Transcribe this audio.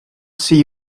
see